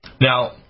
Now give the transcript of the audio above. Now